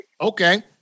Okay